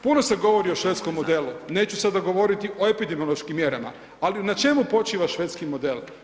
Puno se govori o švedskom modelu, neću sada govoriti o epidemiološkim mjerama, ali na čemu počiva švedski model?